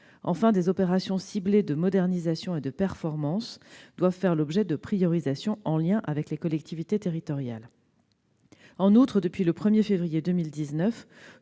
et des opérations ciblées de modernisation et de performance devant faire l'objet de priorisation en lien avec les collectivités locales. En outre, depuis le 1 février 2019,